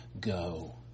go